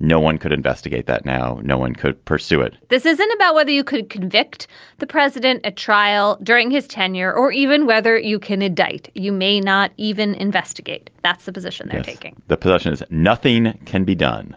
no one could investigate that now. no one could pursue it this isn't about whether you could convict the president at trial during his tenure or even whether you can indict. you may not even investigate that's the position they're taking the position is. nothing can be done.